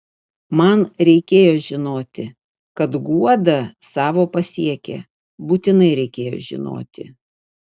man reikėjo žinoti kad guoda savo pasiekė būtinai reikėjo žinoti